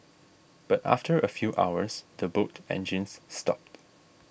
but after a few hours the boat engines stopped